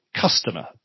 customer